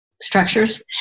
structures